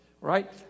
right